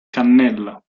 cannella